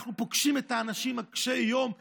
אנחנו פוגשים את האנשים קשי היום יום-יום,